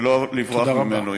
ולא לברוח ממנו.